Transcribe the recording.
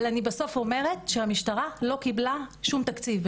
אבל אני אומרת שהמשטרה לא קיבלה שום תקציב,